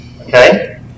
Okay